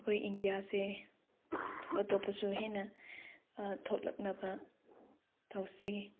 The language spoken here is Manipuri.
ꯑꯩꯈꯣꯏ ꯏꯟꯗꯤꯌꯥꯁꯦ ꯑꯇꯣꯞ ꯑꯇꯣꯞꯄꯁꯨ ꯍꯦꯟꯅ ꯊꯣꯛꯂꯛꯅꯕ ꯇꯧꯁꯤ